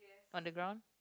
on the ground